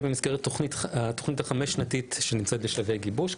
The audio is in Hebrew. וזאת במסגרת התוכנית החמש-שנתית שנמצאת בשלבי גיבוש.